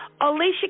Alicia